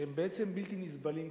שהם בעצם בלתי נסבלים כבר.